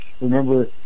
Remember